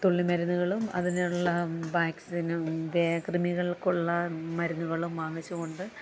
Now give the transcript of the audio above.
തുള്ളിമരുന്നുകളും അതിനുള്ള വാക്സിനും വേ കൃമികൾക്കുള്ള മരുന്നുകളും വാങ്ങിച്ചുകൊണ്ട്